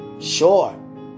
Sure